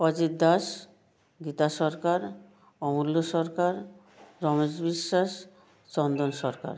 Ajit Das Gita Sarkar Amulya Sarkar Ramesh Biswas Chandan Sarkar